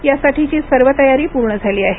यासाठीची सर्व तयारी पूर्ण झाली आहे